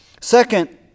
Second